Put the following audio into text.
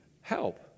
help